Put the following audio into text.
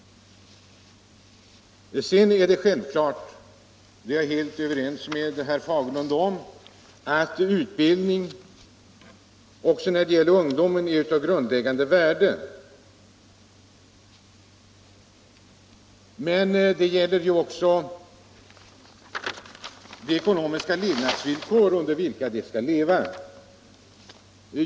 Det är självklart — det är jag helt överens med herr Fagerlund om — att utbildning för ungdom är av grundläggande värde. Men det gäller också de ekonomiska villkor under vilka ungdomarna skall leva.